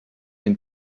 une